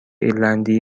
ایرلندی